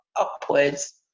upwards